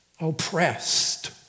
oppressed